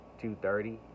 2.30